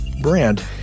brand